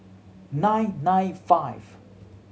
nine nine five